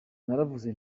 naravuze